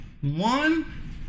one